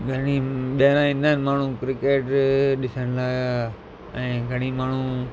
घणेई ॿाहिरां ईंदा आहिनि माण्हू क्रिकेट ॾिसण लाइ ऐं घणेई माण्हू